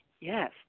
Yes